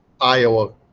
Iowa